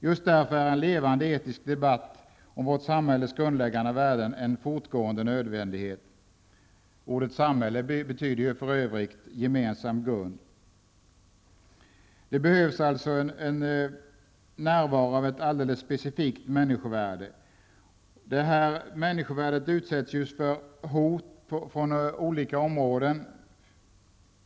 Just därför är en levande etisk debatt om vårt samhälles grundläggande värden en fortgående nödvändighet. Ordet samhälle betyder för övrigt gemensam grund. Det behövs en närvaro av ett alldeles specifikt människovärde. Detta människovärde utsätts för hot från olika områden.